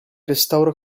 restauro